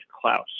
Klaus